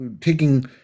taking